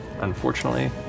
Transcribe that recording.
Unfortunately